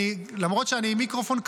למרות שאני עם מיקרופון,